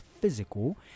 physical